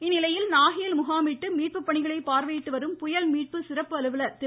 இந்நிலையில் நாகையில் முகாமிட்டு மீட்பு பணிகளை பார்வையிட்டு வரும் புயல் மீட்பு சிறப்பு அலுவலர் திரு